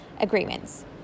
agreements